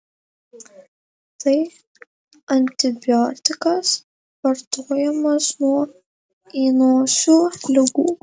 tai antibiotikas vartojamas nuo įnosių ligų